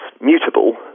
mutable